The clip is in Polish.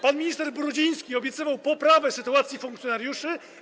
Pan minister Brudziński obiecywał poprawę sytuacji funkcjonariuszy.